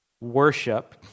worship